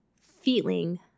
feeling